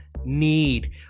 need